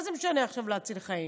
מה זה משנה עכשיו להציל חיים?